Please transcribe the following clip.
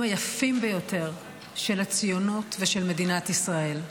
היפים ביותר של הציונות ושל מדינת ישראל,